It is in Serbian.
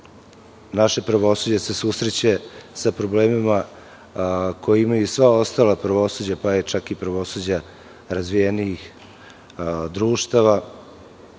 naše pravosuđe susreće sa problemima koje imaju sva ostala pravosuđa, pa čak i pravosuđa razvijenijih društava,